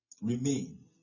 remain